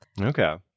Okay